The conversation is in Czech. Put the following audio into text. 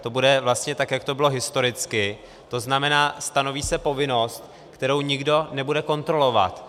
To bude vlastně tak, jak to bylo historicky, to znamená, stanoví se povinnost, kterou nikdo nebude kontrolovat.